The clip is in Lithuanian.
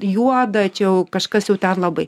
juoda čia jau kažkas jau ten labai